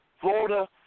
Florida